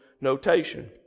notation